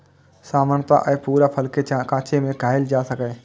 सामान्यतः अय पूरा फल कें कांचे मे खायल जा सकैए